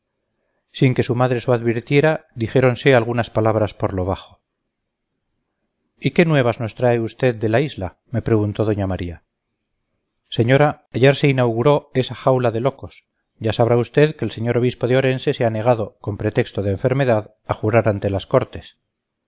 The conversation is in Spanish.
sin que su madre lo advirtiera dijéronse algunas palabras por lo bajo y qué nuevas nos trae usted de la isla me preguntó doña maría señora ayer se inauguró esa jaula de locos ya sabrá usted que el señor obispo de orense se ha negado con pretexto de enfermedad a jurar ante las cortes